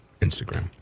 Instagram